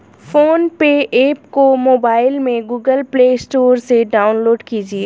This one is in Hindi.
फोन पे ऐप को मोबाइल में गूगल प्ले स्टोर से डाउनलोड कीजिए